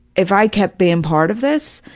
if i kept being part of this,